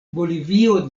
bolivio